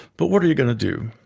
but what are you going to do.